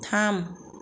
थाम